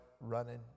running